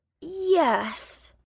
Yes